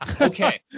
Okay